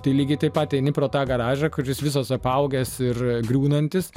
tai lygiai taip pat eini pro tą garažą kuris visas apaugęs ir griūnantis